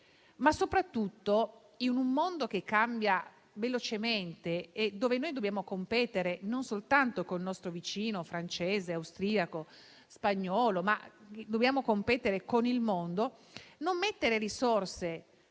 Soprattutto, in un mondo che cambia velocemente e dove noi dobbiamo competere non soltanto col nostro vicino francese, austriaco e spagnolo, ma con il mondo intero, non investire risorse